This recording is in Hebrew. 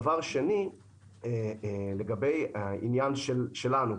דבר שני לגבי העניין שלנו,